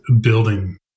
building